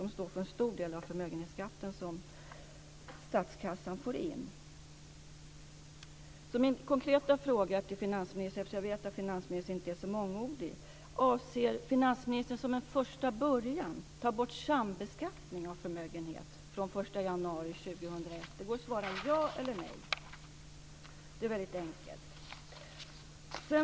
De står för en stor del av den förmögenhetsskatt som statskassan får in. Eftersom jag vet att finansministern inte är så mångordig blir min konkreta fråga till finansministern: Avser finansministern som en första början att ta bort sambeskattning av förmögenhet från den Det går att svara ja eller nej - det är väldigt enkelt.